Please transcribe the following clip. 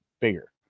bigger